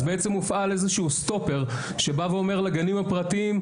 אז בעצם מופעל איזשהו סטופר שבא ואומר לגנים הפרטיים,